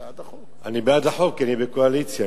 אני בעד החוק, כי אני בקואליציה.